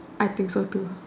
I think so too